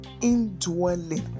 indwelling